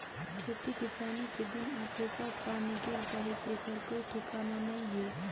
खेती किसानी के दिन आथे कब पानी गिर जाही तेखर कोई ठिकाना नइ हे